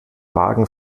vagen